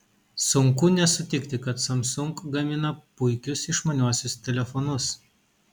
sunku nesutikti kad samsung gamina puikius išmaniuosius telefonus